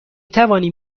توانیم